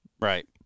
Right